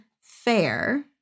Fair